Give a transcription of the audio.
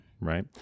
right